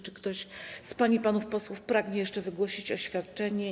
Czy ktoś z pań i panów posłów pragnie jeszcze wygłosić oświadczenie?